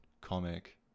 comic